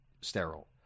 sterile